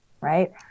right